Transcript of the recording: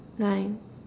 nine